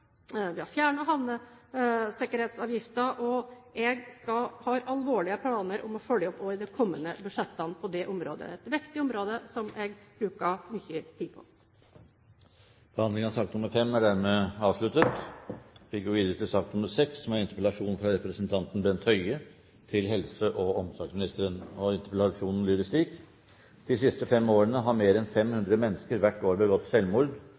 Vi reduserer kystavgiften, vi har fjernet havnesikkerhetsavgiften, og jeg har alvorlige planer om å følge opp også i de kommende budsjettene på det området. Det er et viktig område, som jeg bruker mye tid på. Debatten i sak nr. 5 er dermed avsluttet. De siste årene har mer enn 500 mennesker hvert år begått selvmord, og tusenvis av etterlatte rammes hardt. Dette er den vanligste dødsårsaken blant unge menn i Norge. Selvmord fører til flere dødsfall enn